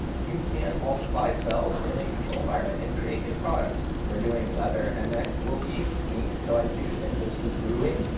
you can multiply cells in a controlled environment and create new products. they are doing leather and next will be meat. so i do think you'll see brewing.